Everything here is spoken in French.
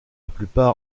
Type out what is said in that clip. plupart